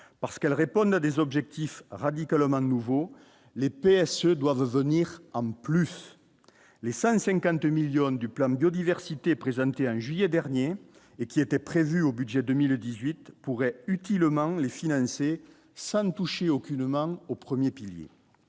parce qu'elles répondent à des objectifs radicalement nouveau, les PSE doivent venir en plus, les 150 millions du plan biodiversité présenté en juillet dernier et qui était prévu au budget 2018 pourrait utilement les financer, ça ne touche il aucunement au 1er pilier